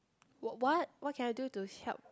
w~ what what can I do to help